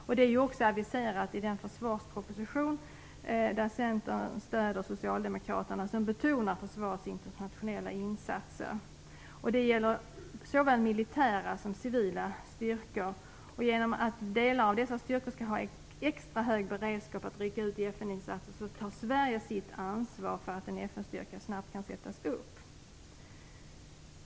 Detta har ju också aviserats i den försvarsproposition, som Centern stöder och som betonar försvarets internationella insatser. Det gäller såväl militära som civila styrkor. Genom att delar av dessa styrkor skall ha extra hög beredskap att rycka ut i FN-insatser tar Sverige sitt ansvar för att en FN-styrka snabbt kan bildas.